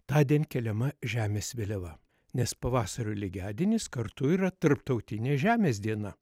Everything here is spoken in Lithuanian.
tądien keliama žemės vėliava nes pavasario lygiadienis kartu yra tarptautinė žemės diena